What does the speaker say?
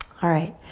alright,